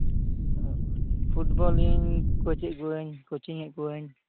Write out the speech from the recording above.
ᱯᱷᱩᱴᱵᱚᱞᱤᱧ ᱠᱳᱪᱮᱫ ᱠᱚᱣᱟᱹᱧ ᱠᱳᱪᱤᱝᱮᱫ ᱠᱚᱣᱟᱹᱧ